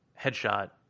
headshot